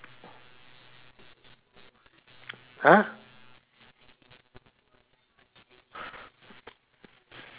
!huh!